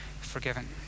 forgiven